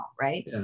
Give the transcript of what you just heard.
right